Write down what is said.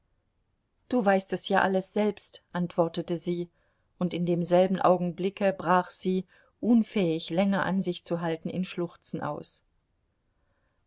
du weißt es ja alles selbst antwortete sie und in demselben augenblicke brach sie unfähig länger an sich zu halten in schluchzen aus